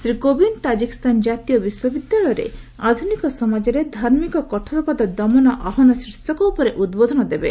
Shri Kovind Tajikistan ଜାତୀୟ ବିଶ୍ୱ ବିଦ୍ୟାଳୟରେ ଆଧୁନିକ ସମାଜରେ ଧାର୍ମିକ କଠୋରବାଦ ଦମନ ଆହ୍ୱାନ ଶୀର୍ଷକ ଉପରେ ଉଦ୍ବୋଧନ ଦେବେ